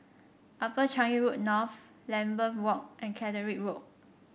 Upper Changi Road North Lambeth Walk and Caterick Road